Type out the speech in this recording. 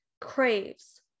craves